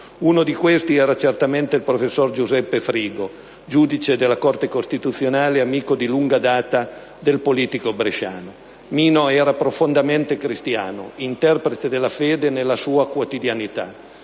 Uno di questi era certamente il professor Giuseppe Frigo, giudice della Corte costituzionale e amico di lunga data del politico bresciano: «Mino era profondamente cristiano, interprete della fede nella sua quotidianità